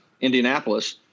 Indianapolis